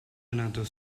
another